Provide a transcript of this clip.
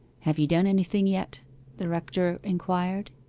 have you done anything yet the rector inquired.